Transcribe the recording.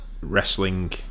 wrestling